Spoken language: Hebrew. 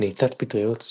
נעיצת פטריות ועוד.